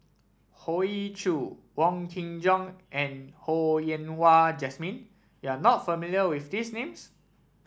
Hoey Choo Wong Kin Jong and Ho Yen Wah Jesmine you are not familiar with these names